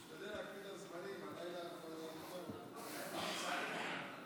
תשתדל להקפיד על זמנים, הלילה, עוד לא התחלנו.